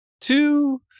Two